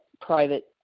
private